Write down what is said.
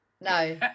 No